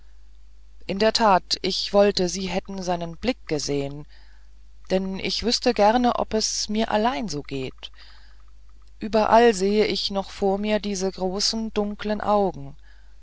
in der tat ich wollte sie hätten seinen blick gesehen denn ich wüßte gerne ob es mir allein so geht überall sehe ich noch vor mir diese großen dunklen augen